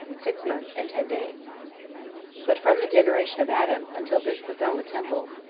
six months, and ten days but from the generation of adam, until this befell the temple,